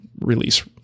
release